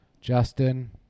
Justin